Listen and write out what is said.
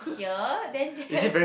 here then just